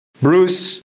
Bruce